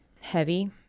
Heavy